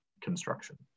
construction